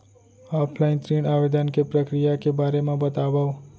Offline ऋण आवेदन के प्रक्रिया के बारे म बतावव?